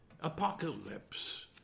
apocalypse